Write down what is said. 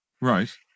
Right